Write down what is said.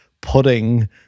pudding